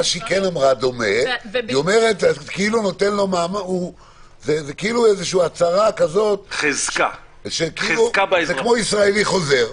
אמרה דומה זה כאילו הצהרה, כמו ישראלי חוזר.